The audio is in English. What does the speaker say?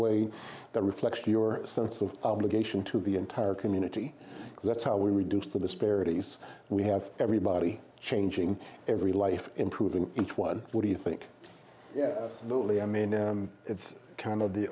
way that reflects your sense of obligation to the entire community because that's how we reduce the disparities we have everybody changing every life improving each one what do you think lee i mean it's kind of the